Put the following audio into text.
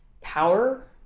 power